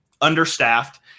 understaffed